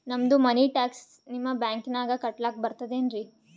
ನಮ್ದು money tax ನಿಮ್ಮ ಬ್ಯಾಂಕಿನಾಗ ಕಟ್ಲಾಕ ಬರ್ತದೇನ್ರಿ?